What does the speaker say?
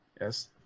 Yes